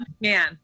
Man